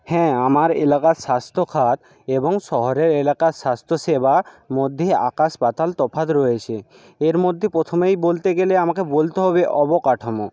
হ্যাঁ আমার এলাকার স্বাস্থ্য খাত এবং শহরের এলাকার স্বাস্থ্যসেবা মধ্যেই আকাশ পাতাল তফাৎ রয়েছে এর মধ্যে প্রথমেই বলতে গেলে আমাকে বলতে হবে অবকাঠামো